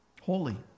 Holy